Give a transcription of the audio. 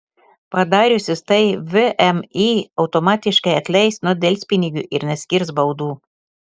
padariusius tai vmi automatiškai atleis nuo delspinigių ir neskirs baudų